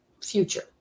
future